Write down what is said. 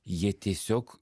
jie tiesiog